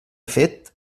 fet